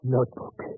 Notebook